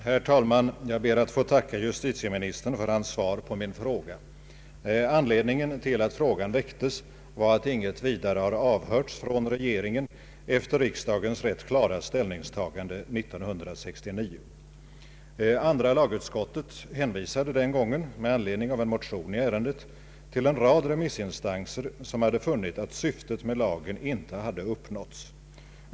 Herr talman! Jag ber att få tacka justitieministern för hans svar på min fråga. Anledningen till att frågan väcktes var att ingenting har avhörts från regeringen efter riksdagens rätt klara ställningstagande 1969. Andra lagutskottet hänvisade den gången med anledning av en motion i ärendet till en rad remissinstanser, som funnit att syftet med lagen inte uppnåtts.